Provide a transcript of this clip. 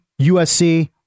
USC